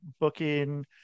booking